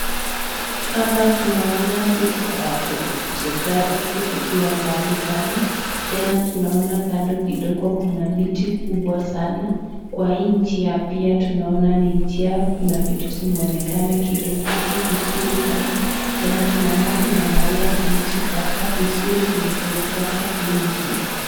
Hapa tunaona vitu za watoto kuchezea kusikiwa mbali sana. Tena tunaona kando kidogo kuna miti kubwa sana. Kwa hii njia pia, tunaona ni njia kuna vitu zimeonekana kidogo si vizuri sana. Tena tunaona kuna maua zilizokatwa vizuri zenye zimefuata hili njia.